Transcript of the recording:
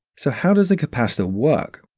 so, how does the capacitor work?